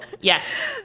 yes